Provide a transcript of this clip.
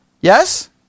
Yes